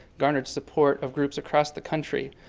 garnered support of groups across the country.